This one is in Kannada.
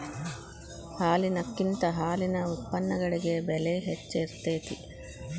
ಹಾಲಿನಕಿಂತ ಹಾಲಿನ ಉತ್ಪನ್ನಗಳಿಗೆ ಬೆಲೆ ಹೆಚ್ಚ ಇರತೆತಿ